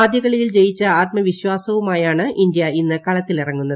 ആദ്യ കളിയിൽ ജയിച്ച ആത്മവിശ്വാസവുമായാണ് ഇന്ത്യ ഇന്ന് കളത്തിലിറങ്ങുന്നത്